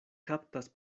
kaptas